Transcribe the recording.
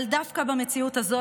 אבל דווקא במציאות הזו,